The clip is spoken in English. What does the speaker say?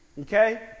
Okay